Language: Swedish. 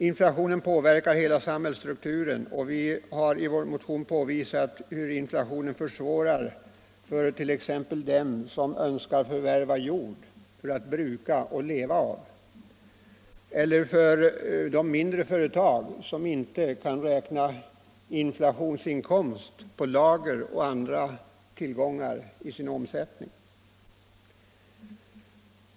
Inflationen påverkar hela samhällsstrukturen, och vi har i vår motion påvisat hur den försvårar för t.ex. dem som önskar förvärva jord för att bruka och leva av och hur svårigheterna ökar för mindre företag, som inte kan påräkna extrainkomster genom värdeökningar för stora lager eller andra tillgångar.